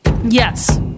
yes